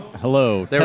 Hello